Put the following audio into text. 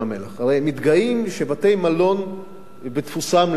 הרי מתגאים שבתי-המלון בתפוסה מלאה.